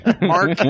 Mark